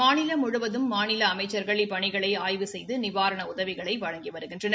மாநிலம் முழுவதும் மாநில அமைச்சர்கள் இப்பணிகளை ஆய்வு செய்து நிவாரண உதவிகளை வழங்கி வருகின்றனர்